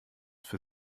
für